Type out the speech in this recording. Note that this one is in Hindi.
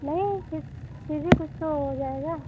नहीं फिर भी कुछ तो हो जाएगा